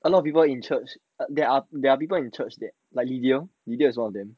a lot of people in church there are there are people in church that likely do thea is one of them